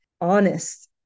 honest